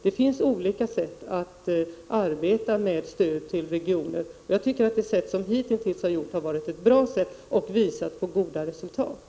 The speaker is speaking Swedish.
Det finns olika sätt att arbeta på när det gäller stöd till regioner. Jag anser att det sätt som vi hittills arbetat på har varit bra och det har visat på goda resultat.